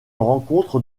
rencontre